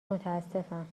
متاسفم